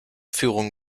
führung